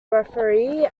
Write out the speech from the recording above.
referee